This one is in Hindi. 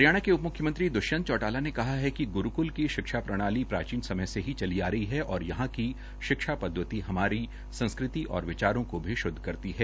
हरियाणा के उप मुख्यमंत्री दुष्यंत चौटाला ने कहा है कि गुरुक्ल की शिक्षा प्रणाली प्राचीन समय से ही चली आ रही है और यहां की शिक्षा पद्धति हमारी संस्कृति और विचारों को भी शुद्ध करती हैं